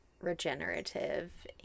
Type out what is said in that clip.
regenerative